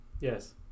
Yes